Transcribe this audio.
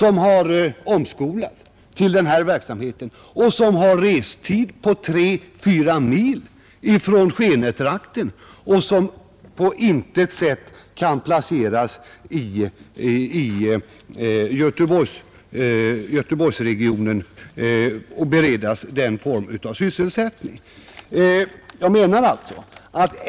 De har omskolats till den här verksamheten, de har en resväg på 3—4 mil från Skenetrakten, och de kan på intet sätt beredas en liknande form av sysselsättning i Göteborgsregionen.